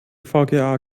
vga